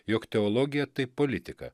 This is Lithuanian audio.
jog teologija tai politika